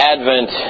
Advent